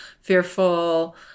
fearful